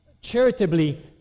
charitably